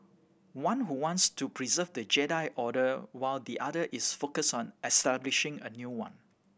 one who wants to preserve the Jedi Order while the other is focused on establishing a new one